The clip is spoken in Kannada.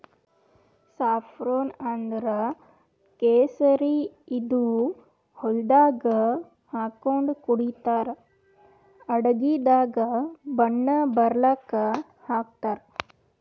ಸಾಫ್ರೋನ್ ಅಂದ್ರ ಕೇಸರಿ ಇದು ಹಾಲ್ದಾಗ್ ಹಾಕೊಂಡ್ ಕುಡಿತರ್ ಅಡಗಿದಾಗ್ ಬಣ್ಣ ಬರಲಕ್ಕ್ ಹಾಕ್ತಾರ್